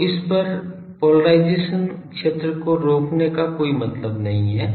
तो इस पार पोलेराइज़ेशन क्षेत्र को रोकने का कोई मतलब नहीं है